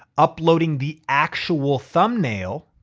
uploading the actual thumbnail.